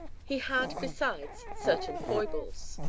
he had, besides, certain foibles.